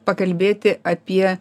pakalbėti apie